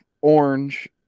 orange